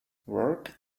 work